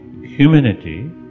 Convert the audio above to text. humanity